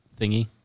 thingy